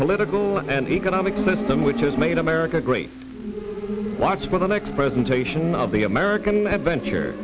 political and economic system which has made america great watch for the next presentation of the american adventure